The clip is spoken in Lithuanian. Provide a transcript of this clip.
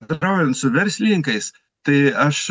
bendraujant su verslininkais tai aš